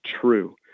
true